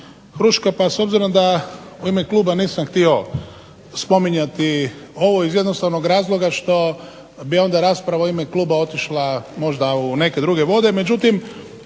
Huška s obzirom da u ime Kluba nisam htio spominjati ovo iz jednostavnog razloga što bi onda rasprava u ime Kluba otišla možda u neke druge vode. Međutim,